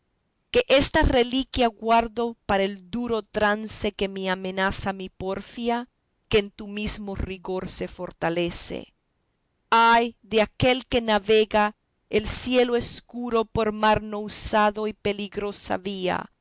que esta reliquia guardo para el duro trance que me amenaza mi porfía que en tu mismo rigor se fortalece ay de aquel que navega el cielo escuro por mar no usado y peligrosa vía